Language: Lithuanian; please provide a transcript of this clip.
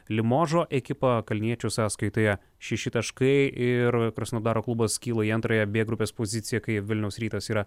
limožo ekipą kalniečio sąskaitoje šeši taškai ir krasnodaro klubas kyla į antrąją b grupės poziciją kai vilniaus rytas yra